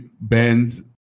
bands